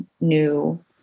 new